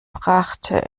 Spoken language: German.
brachte